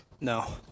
No